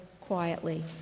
quietly